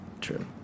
True